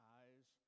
eyes